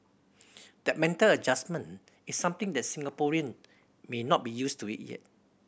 that mental adjustment is something that Singaporean may not be used to it yet